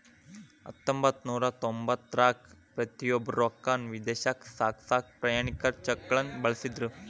ಹತ್ತೊಂಬತ್ತನೂರ ತೊಂಬತ್ತರಾಗ ಪ್ರತಿಯೊಬ್ರು ರೊಕ್ಕಾನ ವಿದೇಶಕ್ಕ ಸಾಗ್ಸಕಾ ಪ್ರಯಾಣಿಕರ ಚೆಕ್ಗಳನ್ನ ಬಳಸ್ತಿದ್ರು